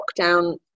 lockdown